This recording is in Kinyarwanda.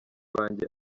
banjye